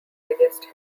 biggest